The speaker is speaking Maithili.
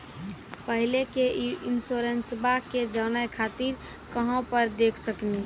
पहले के इंश्योरेंसबा के जाने खातिर कहां पर देख सकनी?